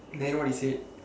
then what he said